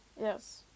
Yes